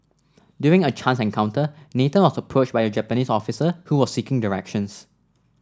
during a chance encounter Nathan was approached by a Japanese officer who was seeking directions